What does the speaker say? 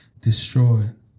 destroyed